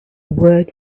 word